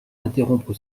interrompre